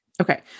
Okay